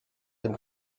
dem